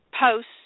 posts